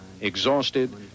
exhausted